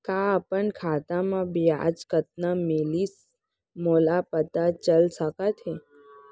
का अपन खाता म ब्याज कतना मिलिस मोला पता चल सकता है?